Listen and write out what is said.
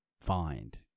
find